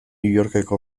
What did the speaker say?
yorkeko